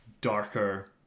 darker